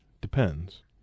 depends